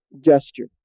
gesture